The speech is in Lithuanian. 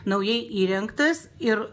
naujai įrengtas ir